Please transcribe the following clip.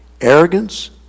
arrogance